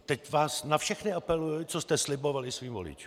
Teď na vás na všechny apeluji, co jste slibovali svým voličům.